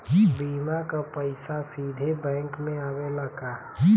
बीमा क पैसा सीधे बैंक में आवेला का?